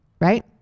right